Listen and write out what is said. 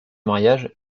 mariage